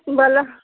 बोलऽ